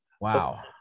Wow